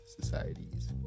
Societies